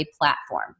platform